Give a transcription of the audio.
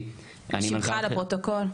שמך לפרוטוקול.